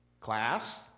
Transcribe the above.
Class